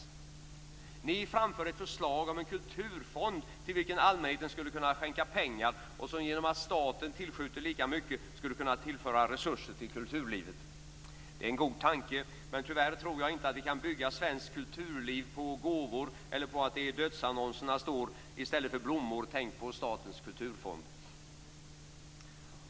Ni framför ett förslag om en kulturfond till vilken allmänheten skulle kunna skänka pengar och som genom att staten tillskjuter lika mycket skulle kunna tillföra resurser till kulturlivet. Det är en god tanke, men tyvärr tror jag inte att vi kan bygga svenskt kulturliv på gåvor eller på att det i dödsannonserna står: I stället för blommor, tänk på statens kulturfond.